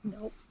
Nope